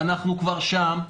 ואנחנו כבר שם.